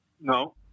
No